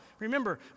Remember